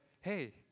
Hey